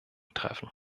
treffen